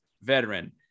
veteran